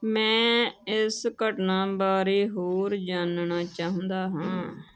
ਮੈਂ ਇਸ ਘਟਨਾ ਬਾਰੇ ਹੋਰ ਜਾਣਨਾ ਚਾਹੁੰਦਾ ਹਾਂ